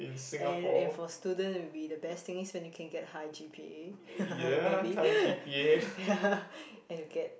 and and for students will be the best thing is when you can get high G_P_A maybe ya and you get